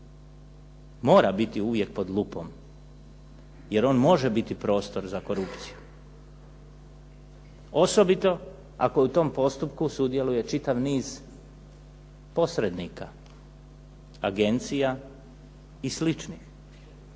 mora biti uvijek pod lupom jer on može biti prostor za korupciju osobito ako u tom postupku sudjeluje čitav niz posrednika, agencija i sl.